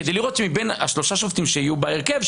כדי לראות שמבין שלושת השופטים שיהיו בהרכב,